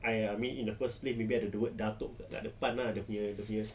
!aiya! I mean in the first place maybe ada the word datuk kat depan dia punya dia punya